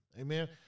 Amen